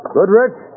Goodrich